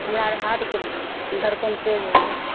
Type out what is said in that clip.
हमरा आर हार्टके भी धड़कन तेज होइ जाइ छै